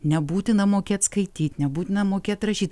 nebūtina mokėt skaityt nebūtina mokėt rašyt